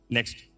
Next